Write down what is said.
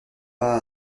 pas